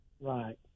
Right